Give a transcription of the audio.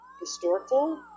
historical